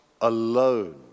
alone